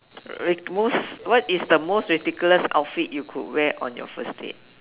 ri~ most what is the most ridiculous outfit you could wear on your first date